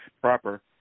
proper